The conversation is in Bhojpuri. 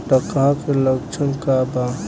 डकहा के लक्षण का वा?